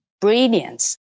brilliance